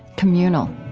communal.